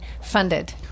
funded